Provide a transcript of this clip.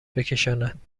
بکشاند